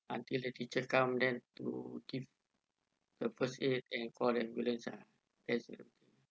until the teacher come then to give the first aid and call the ambulance lah that's the